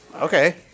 okay